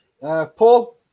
Paul